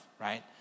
right